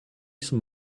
some